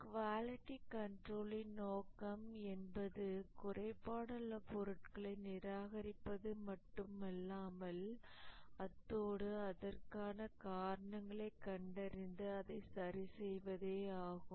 quality கன்ட்ரோல்லின் நோக்கம் என்பது குறைபாடுள்ள பொருட்களை நிராகரிப்பது மட்டும் அல்லாமல் அத்தோடு அதற்கான காரணங்களை கண்டறிந்து அதை சரி செய்வதே ஆகும்